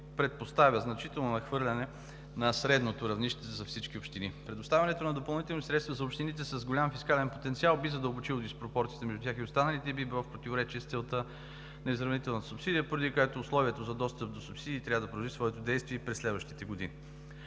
предпоставя значително надхвърляне над средното равнище за всички общини. Предоставянето на допълнителни средства за общините с голям фискален потенциал би задълбочило диспропорциите между тях и останалите общини и би било в противоречие с целта на изравнителната субсидия, поради което условието за достъп до субсидията следва да продължи своето действие и през следващите години.